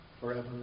forever